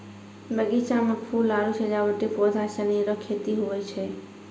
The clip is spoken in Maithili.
बगीचा मे फूल आरु सजावटी पौधा सनी रो खेती हुवै छै